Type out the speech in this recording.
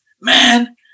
man